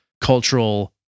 cultural